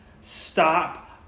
Stop